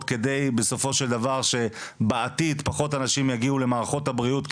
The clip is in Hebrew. כדי בסופו של דבר בעתיד פחות אנשים יגיעו למערכות הבריאות?